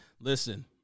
listen